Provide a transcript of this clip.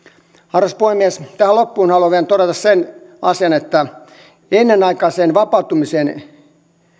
arvoisa puhemies tähän loppuun haluan vielä todeta sen asian että ennenaikaiseen vapautumiseen